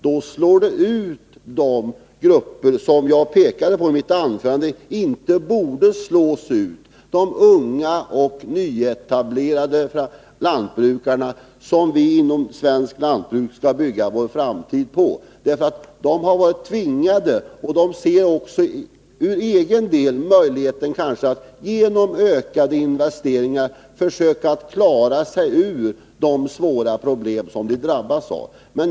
Då slås de grupper ut som jag pekade på i mitt anförande och som inte borde slås ut, nämligen de unga och nyetablerade lantbrukarna, som svenskt lantbruk skall bygga sin 153 framtid på. För egen del ser de det också som en möjlighet att genom ökade investeringar försöka klara sig ur de svåra problem som de drabbats av.